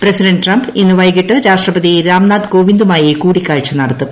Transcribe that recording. പ്രിക്കിഡന്റ് Trump ഇന്ന് വൈകിട്ട് രാഷ്ട്രപതി രാംനാഥ് ് കോവിന്ദുമായി കൂടിക്കാഴ്ച നടത്തും